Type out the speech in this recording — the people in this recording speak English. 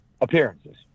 appearances